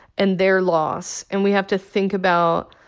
and their loss. and we have to think about,